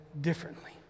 differently